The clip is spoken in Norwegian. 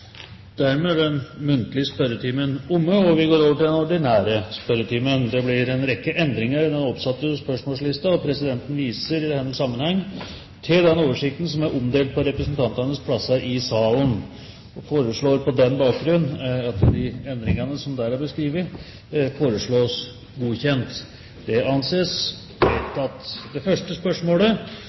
Dermed er den muntlige spørretimen omme, og vi går over til den ordinære spørretimen. Det blir en rekke endringer i den oppsatte spørsmålslisten, og presidenten viser i denne sammenheng til den oversikten som er omdelt på representantenes plasser i salen. De foreslåtte endringene i dagens spørretime foreslås godkjent. – Det anses vedtatt. Endringene var som